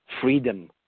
freedom